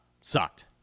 sucked